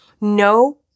no